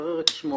לברר את שמו.